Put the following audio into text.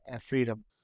freedom